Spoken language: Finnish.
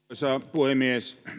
puhemies